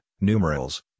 numerals